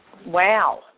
Wow